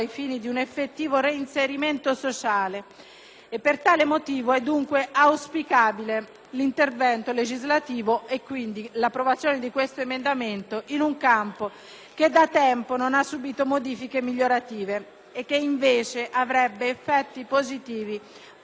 l'intervento legislativo con l'approvazione di questo emendamento in un campo che da tempo non subisce modifiche migliorative e che invece registrerebbe effetti positivi proprio nell'ottica di quanto previsto dalla terzo comma dell'articolo 27 della Costituzione.